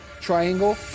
triangle